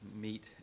meet